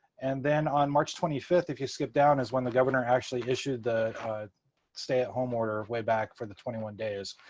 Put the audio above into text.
and then on march twenty fifth, if you skip down, is when the governor actually issued the stay-at-home order way back for the twenty one days.